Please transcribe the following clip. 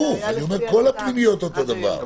הפנימיות אותו דבר.